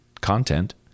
content